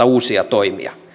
uusia toimia